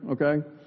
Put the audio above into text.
okay